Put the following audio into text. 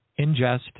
ingest